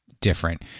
different